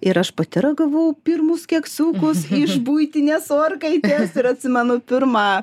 ir aš pati ragavau pirmus keksiukus iš buitinės orkaitės ir atsimenu pirmą